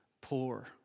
poor